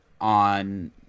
on –